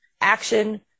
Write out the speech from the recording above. action